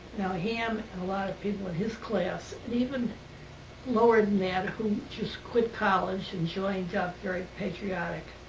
now, ham and a lot of people in his class, even lower than that, who just quit college and joined up. very patriotic.